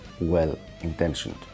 well-intentioned